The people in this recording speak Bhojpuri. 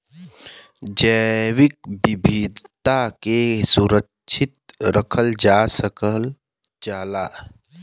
जैविक विविधता के सुरक्षित रखल जा सकल जाला